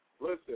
Listen